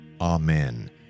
Amen